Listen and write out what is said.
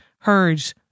heard